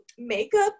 makeup